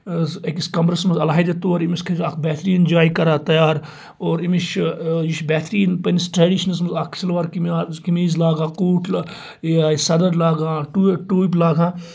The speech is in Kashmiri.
أکِس کَمرَس منٛز علہیدٕ تور أمس خٲطرٕ اَکھ بِہتٔرین جاے کَران تَیار اور أمس چھ یہِ چھُ بِہتٔرین پَننِس ٹرٛیٚڈِشَنَس منٛز اَکھ شلوار قمیض لاگان کوٹ لا یا سَدٕر لاگان ٹو ٹوپ لاگان